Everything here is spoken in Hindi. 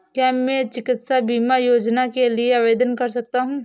क्या मैं चिकित्सा बीमा योजना के लिए आवेदन कर सकता हूँ?